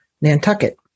Nantucket